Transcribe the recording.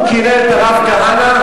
הוא קילל את הרב כהנא,